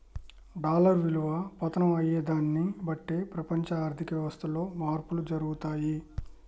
dollar విలువ పతనం అయ్యేదాన్ని బట్టే ప్రపంచ ఆర్ధిక వ్యవస్థలో మార్పులు జరుగుతయి